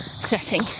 setting